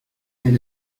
mais